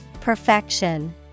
Perfection